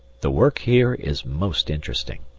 the work here is most interesting.